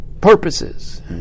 purposes